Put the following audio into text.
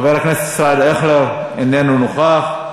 חבר הכנסת ישראל אייכלר, איננו נוכח,